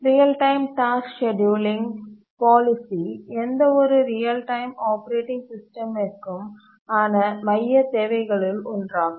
real time task scheduling policy எந்த ஒரு real time operating சிஸ்டத்திற்கும் ஆன மைய தேவைகளுள் ஒன்றாகும்